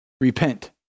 repent